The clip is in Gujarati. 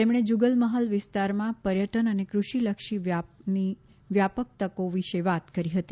તેમણે જુગલમહલ વિસ્તારમાં પર્યટન અને કૃષિલક્ષી વ્યાપક તકો વિશે વાત કરી હતી